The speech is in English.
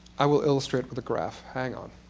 i will illustrate with a graph. hang on.